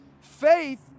Faith